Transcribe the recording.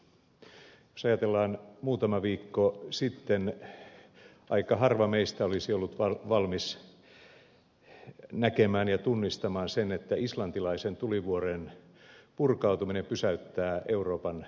jos ajatellaan muutama viikko sitten aika harva meistä olisi ollut valmis näkemään ja tunnistamaan sen että islantilaisen tulivuoren purkautuminen pysäyttää euroopan lentoliikenteen